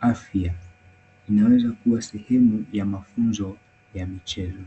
afya. Inaweza kuwa sehemu ya mafunzo ya michezo.